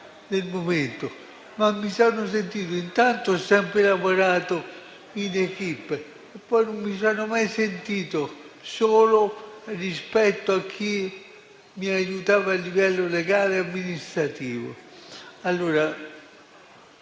del momento? Ma intanto ho sempre lavorato in *équipe* e poi non mi sono mai sentito solo rispetto a chi mi aiutava a livello legale e amministrativo.